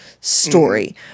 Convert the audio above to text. story